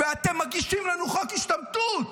ואתם מגישים לנו חוק השתמטות,